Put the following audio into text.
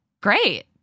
great